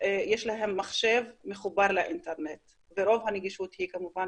יש להם מחשב מחובר לאינטרנט ורוב הנגישות היא כמובן